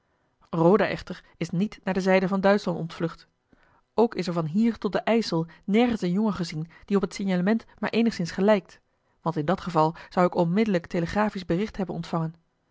roda echter is niet naar de zijde van duitschland ontvlucht ook is er van hier tot den ijsel nergens een jongen gezien die op het signalement maar eenigszins gelijkt want in dat geval zou ik onmiddellijk telegraphisch bericht hebben ontvangen